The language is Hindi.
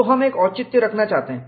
तो हम एक औचित्य रखना चाहते हैं